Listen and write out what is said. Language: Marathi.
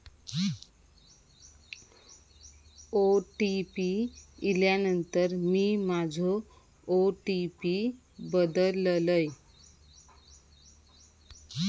ओ.टी.पी इल्यानंतर मी माझो ओ.टी.पी बदललय